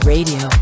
Radio